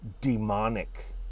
demonic